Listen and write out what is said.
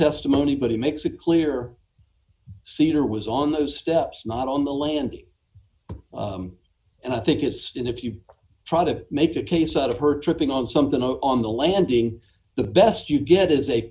testimony but he makes it clear cedar was on those steps not on the landing and i think it's in if you try to make a case out of her tripping on something on the landing the best you get is a